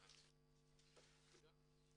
תודה.